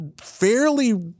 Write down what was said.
fairly